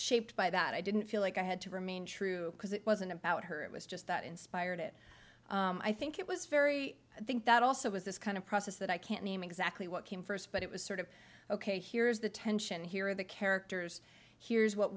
shaped by that i didn't feel like i had to remain true because it wasn't about her it was just that inspired it i think it was very i think that also was this kind of process that i can't name exactly what came first but it was sort of ok here is the tension here of the characters here's what